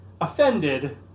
offended